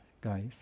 guys